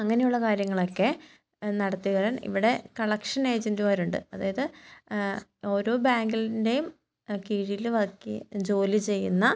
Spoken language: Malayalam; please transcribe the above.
അങ്ങനെയുള്ള കാര്യങ്ങളൊക്കെ നടത്തി വരാൻ ഇവിടെ കളക്ഷൻ ഏജൻറ്മാരുണ്ട് അതായത് ഓരോ ബാങ്കിന്റെയും കീഴിൽ വർക്ക് ചെയ്യ് ജോലി ചെയ്യുന്ന